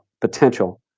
potential